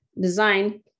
design